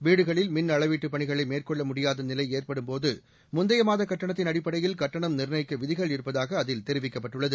வீடுகளில் மின்அளவீட்டுப் பணிகளை மேற்கொள்ள முடியாத நிலை ஏற்படும்போது முந்தைய மாதக் கட்டணத்தின் அடிப்படையில் கட்டணம் நிர்ணயிக்க விதிகள் இருப்பதாக அதில் தெரிவிக்கப்பட்டுள்ளது